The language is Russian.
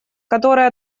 которые